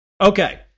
Okay